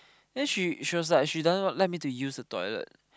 then she she was like she doesn't let me to use the toilet